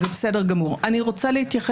(היו"ר משה